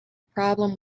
problem